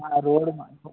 road మం